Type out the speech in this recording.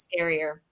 scarier